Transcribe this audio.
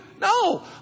No